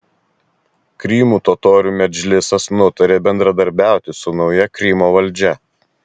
krymo totorių medžlisas nutarė bendradarbiauti su nauja krymo valdžia